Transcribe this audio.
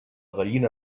gallina